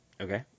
Okay